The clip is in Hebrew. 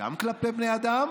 גם כלפי בני האדם